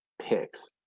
picks